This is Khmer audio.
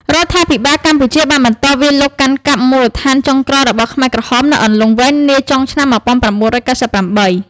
រដ្ឋាភិបាលកម្ពុជាបានបន្តវាយលុកកាន់កាប់មូលដ្ឋានចុងក្រោយរបស់ខ្មែរក្រហមនៅអន្លង់វែងនាចុងឆ្នាំ១៩៩៨។